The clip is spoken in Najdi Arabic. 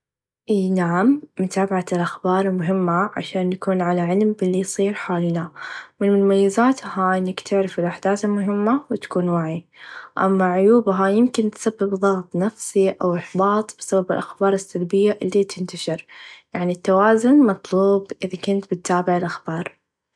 إي نعم متابعه الأخبار مهمه عشان نكون على علم بإلي يصير حولينا و من مميزاتها إنك تعرف الأحداث المهمه و تكون واعي أما عيوبعا يمكن تسبب ظغط نفسي أو إحباط بسبب الأخبار السلبيه إلي تنتشر يعني التوازن مطلوب إذا كنت بتابع الأخبار.